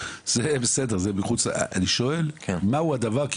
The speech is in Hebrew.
אני שואל מה הוא הדבר?